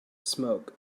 smoke